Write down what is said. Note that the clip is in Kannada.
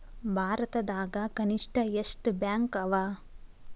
ಭಾರತದಾಗ ಕನಿಷ್ಠ ಎಷ್ಟ್ ಬ್ಯಾಂಕ್ ಅವ?